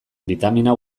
bitamina